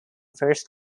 first